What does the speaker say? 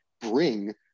bring